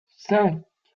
cinq